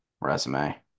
resume